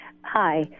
Hi